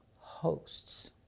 hosts